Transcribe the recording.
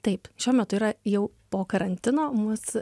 taip šiuo metu yra jau po karantino mus